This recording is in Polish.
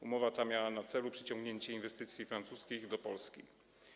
Umowa ta miała na celu przyciągnięcie inwestycji francuskich do Polski.